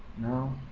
now,